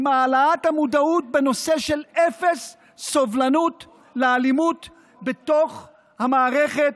של העלאת המודעות בנושא של אפס סובלנות לאלימות בתוך המערכת,